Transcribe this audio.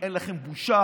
אין לכם בושה.